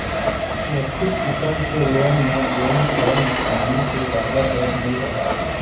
सुरक्छित किसम के लोन म बेंक ल नुकसानी के जादा डर नइ रहय